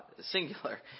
singular